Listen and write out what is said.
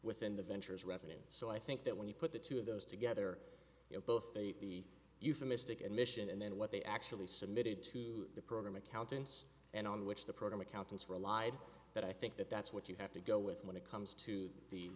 within the ventures revenues so i think that when you put the two of those together you know both the euphemistic admission and then what they actually submitted to the program accountants and on which the program accountants relied that i think that that's what you have to go with when it comes to the